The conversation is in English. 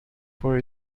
for